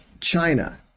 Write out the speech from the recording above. China